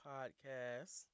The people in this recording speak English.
Podcast